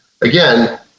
again